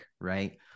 right